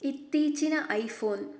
ಇತ್ತೀಚಿನ ಐಫೋನ್